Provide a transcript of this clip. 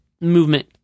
movement